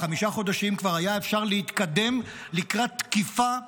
חמישה חודשים כבר אפשר היה להתקדם לקראת תקיפה משמעותית,